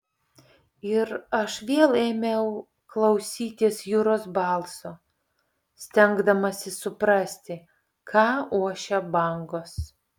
ir aš vėl ėmiau klausytis jūros balso stengdamasis suprasti ką ošia bangos